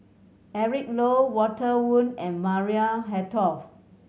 Eric Low Walter Woon and Maria Hertogh